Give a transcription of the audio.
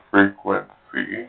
Frequency